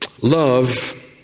Love